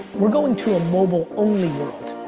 we're going to a mobile-only world.